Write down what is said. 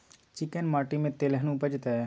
चिक्कैन माटी में तेलहन उपजतै?